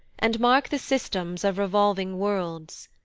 and mark the systems of revolving worlds.